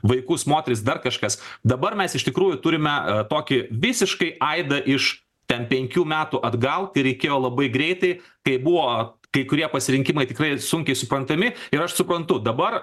vaikus moteris dar kažkas dabar mes iš tikrųjų turime tokį visiškai aidą iš ten penkių metų atgauti reikėjo labai greitai kaip buvo kai kurie pasirinkimai tikrai sunkiai suprantami ir aš suprantu dabar